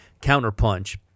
Counterpunch